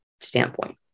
standpoint